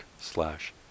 slash